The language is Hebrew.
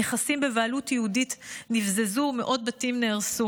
נכסים בבעלות יהודים נבזזו ומאות בתים נהרסו